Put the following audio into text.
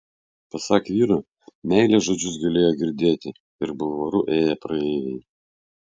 pasak vyro meilės žodžius galėjo girdėti ir bulvaru ėję praeiviai